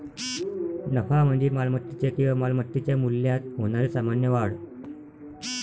नफा म्हणजे मालमत्तेच्या किंवा मालमत्तेच्या मूल्यात होणारी सामान्य वाढ